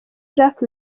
jack